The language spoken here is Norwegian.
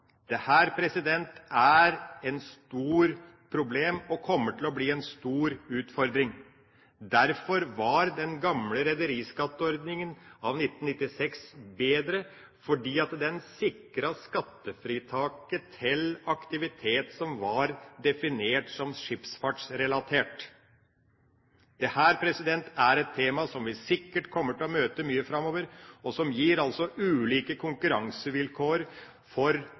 er et stort problem og kommer til å bli en stor utfordring. Derfor var den gamle rederiskatteordninga av 1996 bedre, fordi den sikret skattefritaket til aktivitet som var definert som skipsfartsrelatert. Dette er et tema som vi sikkert kommer til å møte mye framover. Det er en ordning som gir ulike konkurransevilkår